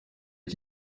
iki